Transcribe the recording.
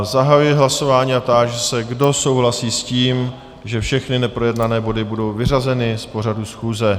Zahajuji hlasování a táži se, kdo souhlasí s tím, že všechny neprojednané body budou vyřazeny z pořadu schůze.